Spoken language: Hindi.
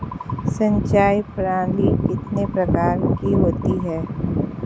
सिंचाई प्रणाली कितने प्रकार की होती हैं?